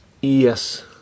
Yes